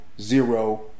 Zero